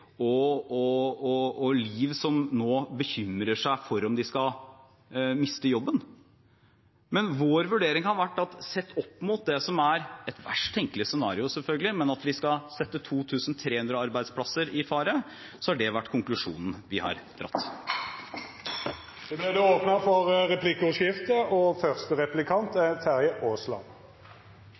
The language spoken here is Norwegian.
og familie, som nå bekymrer seg for om de skal miste jobben. Vår vurdering har vært at sett opp mot det som selvfølgelig er et verst tenkelig scenario, at vi skal sette 2 300 arbeidsplasser i fare, har det vært konklusjonen vi har dratt. Det vert replikkordskifte. Det